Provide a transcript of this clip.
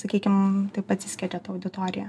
sakykim taip atsiskiedžia ta auditorija